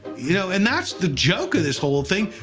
you know, and that's the joke of this whole thing.